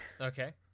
Okay